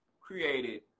created